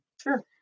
Sure